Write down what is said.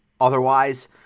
otherwise—